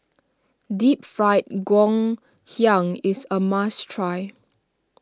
Deep Fried Ngoh Hiang is a must try